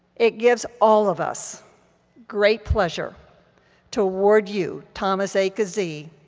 it gives all of us great pleasure to award you, thomas a. kazee,